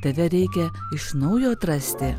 tave reikia iš naujo atrasti